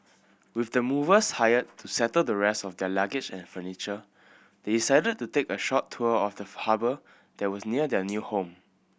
with the movers hired to settle the rest of their luggage and furniture they decided to take a short tour of the harbour that was near their new home